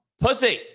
pussy